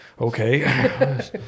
okay